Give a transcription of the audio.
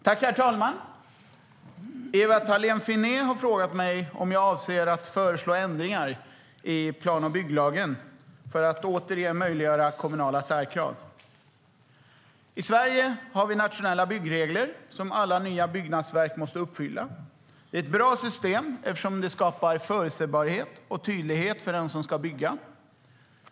Herr talman! Ewa Thalén Finné har frågat mig om jag avser att föreslå ändringar i plan och bygglagen för att återigen möjliggöra kommunala särkrav.I Sverige har vi nationella byggregler som alla nya byggnadsverk måste uppfylla. Det är ett bra system eftersom det skapar förutsägbarhet och tydlighet för den som ska bygga.